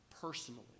personally